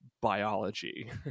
biology